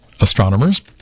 astronomers